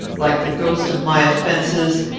like the ghost of my offences,